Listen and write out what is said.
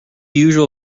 usual